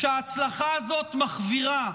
שההצלחה הזאת מחווירה,